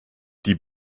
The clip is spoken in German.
die